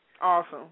Awesome